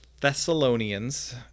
Thessalonians